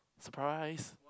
surprise